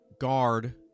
guard